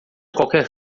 qualquer